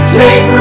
take